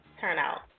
turnout